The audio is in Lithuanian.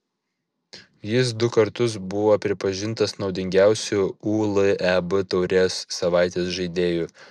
jis du kartus buvo pripažintas naudingiausiu uleb taurės savaitės žaidėju